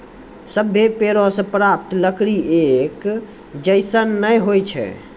सभ्भे पेड़ों सें प्राप्त लकड़ी एक जैसन नै होय छै